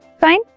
Fine